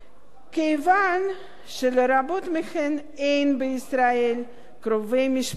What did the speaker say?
כיוון שלרבות מהן אין בישראל קרובי משפחה